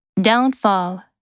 Downfall